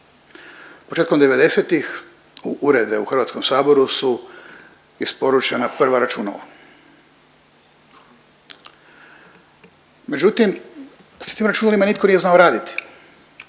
Početkom 90-ih u urede u HS-u su isporučena prva računala. Međutim, s tim računalima nitko nije znao raditi